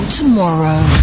tomorrow